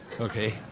Okay